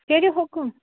کٔرِو حُکُم